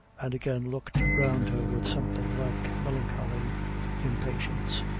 and again looked round her with something like melancholy impatience.